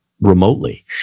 remotely